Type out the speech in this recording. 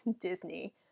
Disney